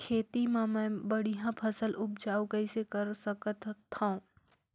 खेती म मै बढ़िया फसल उपजाऊ कइसे कर सकत थव?